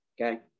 okay